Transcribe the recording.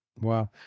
Wow